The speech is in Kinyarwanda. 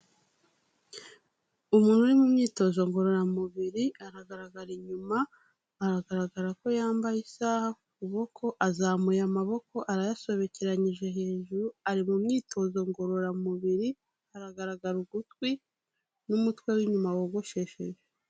Umuntu uri mu myitozo ngororamubiri aragaragara inyuma, aragaragara ko yambaye isaha ku kuboko azamuye amaboko arayasobekeranyije hejuru, ari mu myitozo ngororamubiri, aragaragara ugutwi n'umutwe w'inyuma wogoshesheje.